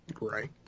Right